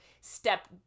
step